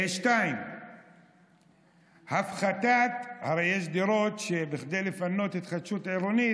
2. הרי יש דירות שכדי לפנות להתחדשות עירונית,